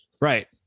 right